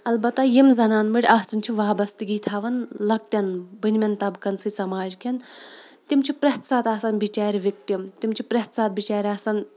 البتہ یِم زنان مٔڈۍ آسان چھِ وابَستگی تھاوان لۄکٹٮ۪ن بٔنۍ مٮ۪ن طبقَن سۭتۍ سَماجکٮ۪ن تِم چھِ پرٛٮ۪تھ ساتہٕ آسان بِچارِ وِکٹِم تِم چھِ پرٛٮ۪تھ ساتہٕ بِچارِ آسان